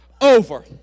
over